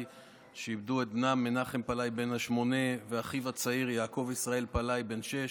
שאיבדו את בנם מנחם פלאי בן השמונה ואחיו הצעיר יעקב ישראל פלאי בן שש,